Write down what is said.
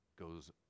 goes